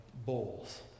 bowls